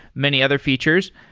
many other features,